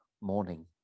morning